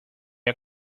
are